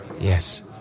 Yes